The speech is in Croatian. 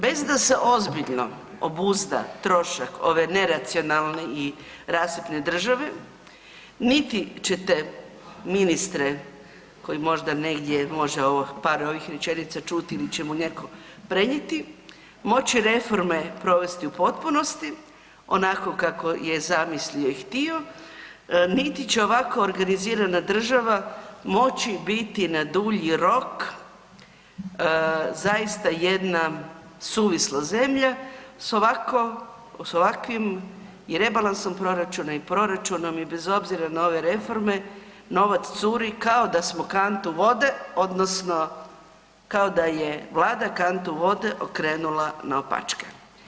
Bez da se ozbiljno obuzda trošak ove neracionalne i rasipne države, niti ćete ministre koji možda negdje par ovih rečenica čuti ili će mu neko prenijeti, moći reforme provesti u potpunosti onako kako je zamislio i htio, niti će ovako organizirana država moći biti na dulji rok zaista jedna suvisla zemlja s ovakvim i rebalansom proračuna i proračunom i bez obzira na ove reforme novac curi kao da smo kantu vode odnosno kao da je Vlada kantu vode okrenula naopačke.